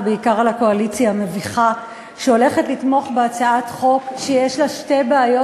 ובעיקר על הקואליציה המביכה שהולכת לתמוך בהצעת חוק שיש בה שתי בעיות,